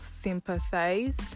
sympathize